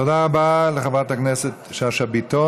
תודה רבה לחברת הכנסת שאשא ביטון.